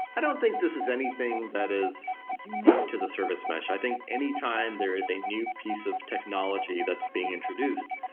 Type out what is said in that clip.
i don't think this is anything that is unique to the service mesh. i think anytime there is a new piece of technology that's being introduced,